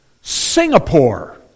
Singapore